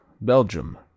Belgium